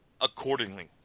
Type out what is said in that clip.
accordingly